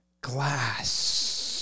glass